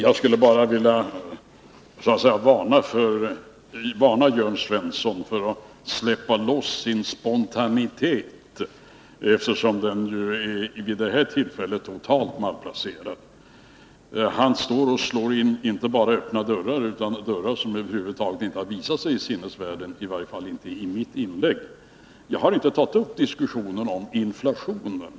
Herr talman! Jag skulle vilja varna Jörn Svensson för att släppa loss sin spontanitet, eftersom den vid detta tillfälle är totalt malplacerad. Han står och slår in inte bara öppna dörrar, utan dörrar som över huvud taget inte har visar sig i sinnevärlden — i varje fall inte i mitt inlägg. Jag har inte tagit upp diskussionen om inflationen.